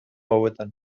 hauetan